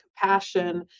compassion